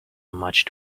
much